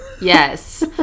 yes